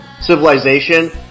civilization